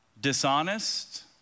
dishonest